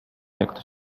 jak